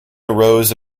arose